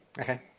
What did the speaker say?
Okay